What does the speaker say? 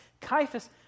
Caiaphas